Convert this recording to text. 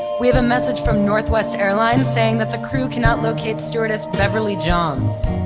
we have a message from northwest airlines saying that the crew cannot locate stewardess beverly johns.